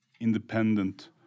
independent